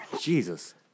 Jesus